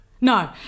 no